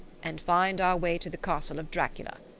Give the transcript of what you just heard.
and find our way to the castle of dracula.